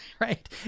Right